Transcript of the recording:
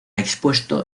expuesto